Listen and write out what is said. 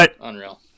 unreal